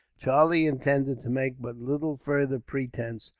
charlie intended to make but little farther pretence,